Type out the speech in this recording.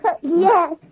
Yes